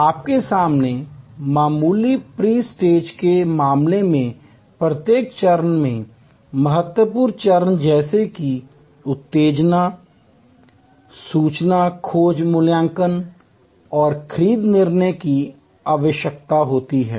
आपके सामने मामूली प्री स्टेज के मामले में प्रत्येक चरण में महत्वपूर्ण चरण जैसे कि उत्तेजना सूचना खोज मूल्यांकन और खरीद निर्णय की आवश्यकता होती है